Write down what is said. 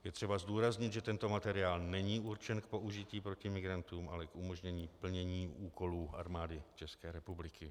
Je třeba zdůraznit, že tento materiál není určen k použití proti migrantům, ale k umožnění plnění úkolů Armády České republiky.